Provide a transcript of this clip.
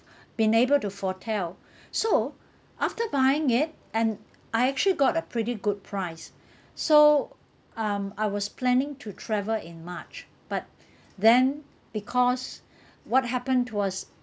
been able to foretell so after buying it and I actually got a pretty good price so um I was planning to travel in march but then because what happened was